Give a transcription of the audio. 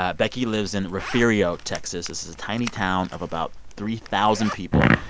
ah becky lives in refugio, texas. this is a tiny town of about three thousand people.